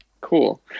cool